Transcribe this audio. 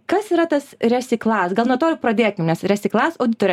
kas yra tas resiklas gal nuo to ir pradėkim nes resiklas auditorė